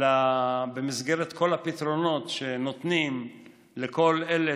הוא במסגרת כל הפתרונות שנותנים לכל אלה